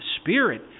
Spirit